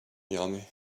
yummy